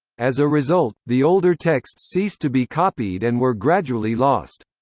as a result, the older texts ceased to be copied and were gradually lost.